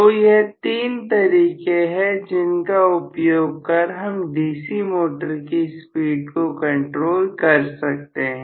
तो यह तीन तरीके हैं जिनका उपयोग कर हम DC मोटर की स्पीड को कंट्रोल कर सकते हैं